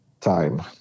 time